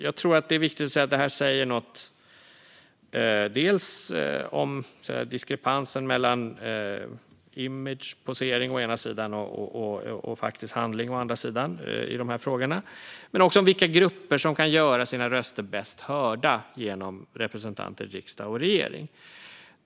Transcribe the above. Jag tror att det är viktigt att säga att det här säger något om diskrepansen mellan å ena sidan image och posering och å andra sidan faktisk handling i de här frågorna men också om vilka grupper som kan göra sina röster bäst hörda genom representanter i riksdag och regering.